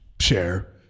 share